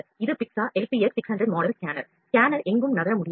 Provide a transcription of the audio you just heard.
இது பிக்ஸா LPX600 model scanner scanner எங்கும் நகர முடியாது